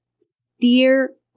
steer